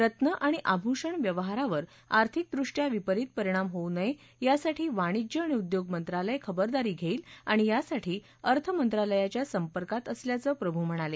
रत्न आणि आभुषण व्यवहारावर आर्थिकदृष्ट्या विपरीत परिणाम होऊ नये यासाठी वाणिज्य आणि उद्योंग मंत्रालय खबरदारी घेईल आणि यासाठी अर्थमंत्र्यालयाच्या संपर्कात असल्याचं प्रभू म्हणाले